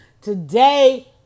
today